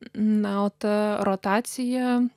na o ta rotacija